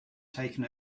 taken